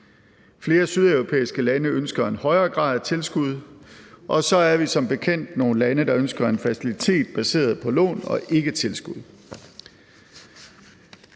Flere sydeuropæiske lande ønsker en højere grad af tilskud, og så er vi som bekendt nogle lande, der ønsker en facilitet baseret på lån og ikke tilskud.